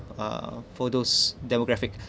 uh for those demographic